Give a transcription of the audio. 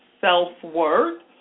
self-worth